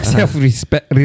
Self-respect